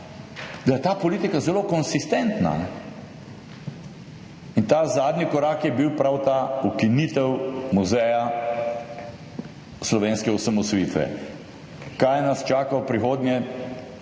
da je ta politika zelo konsistentna. In ta zadnji korak je bila prav ta ukinitev Muzeja slovenske osamosvojitve. Kaj nas čaka v prihodnje,